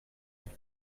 them